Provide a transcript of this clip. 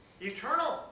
eternal